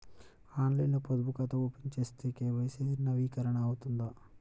ఆన్లైన్లో పొదుపు ఖాతా ఓపెన్ చేస్తే కే.వై.సి నవీకరణ అవుతుందా?